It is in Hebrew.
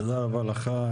תודה רבה לך.